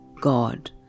God